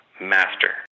master